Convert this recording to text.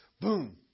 boom